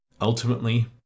Ultimately